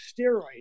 steroid